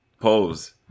Pose